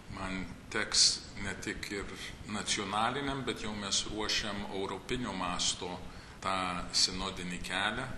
man teks ne tik ir nacionaliniam bet jau mes ruošiam auropinio masto tą sinodinį kelią